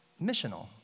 missional